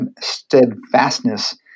steadfastness